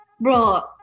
bro